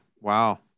Wow